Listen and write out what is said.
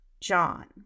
John